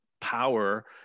power